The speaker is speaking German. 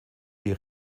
wie